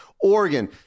Oregon